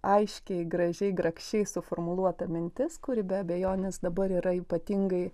aiškiai gražiai grakščiai suformuluota mintis kuri be abejonės dabar yra ypatingai